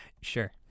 Sure